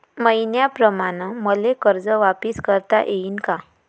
मईन्याप्रमाणं मले कर्ज वापिस करता येईन का?